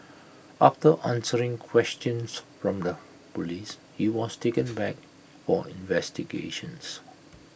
after answering questions from the Police he was taken back for investigations